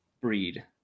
breed